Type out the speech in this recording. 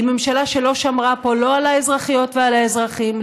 היא ממשלה שלא שמרה פה לא על האזרחיות ועל האזרחים,